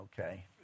okay